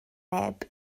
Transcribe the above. neb